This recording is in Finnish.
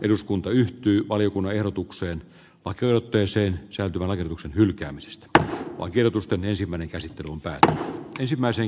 eduskunta yhtyi valiokunnan ehdotukseen on kyökkeeseen seutukaavaehdotuksen hylkäämisestä ja oikeutusta ensimmäinen käsittely on päästä ensimmäisen